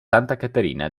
caterina